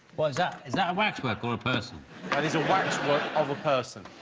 why is that? is that a waxwork or a person that is a waxwork of a person?